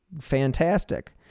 fantastic